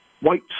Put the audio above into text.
white